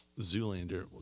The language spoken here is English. Zoolander